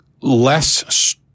less